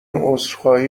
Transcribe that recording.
عذرخواهی